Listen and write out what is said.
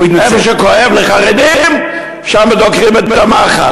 איפה שכואב לחרדים שם דוקרים במחט.